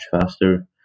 faster